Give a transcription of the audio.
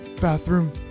bathroom